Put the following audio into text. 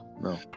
no